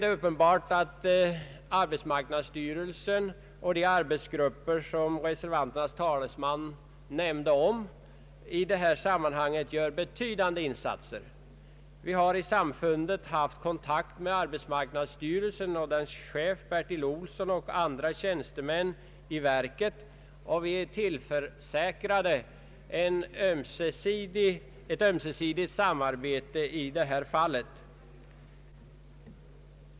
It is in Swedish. Det är uppenbart att arbetsmarknadsstyrelsen och de arbetsgrupper — som reservanternas talesman här nämnde i detta sammanhang — gör betydande insatser. Vi har i samfundet haft kontakt med arbetsmarknadsstyrelsen — med dess chef generaldirektör Bertil Olsson och andra tjänstemän — och det har överenskommits om ett ömsesidigt samarbete i detta fall.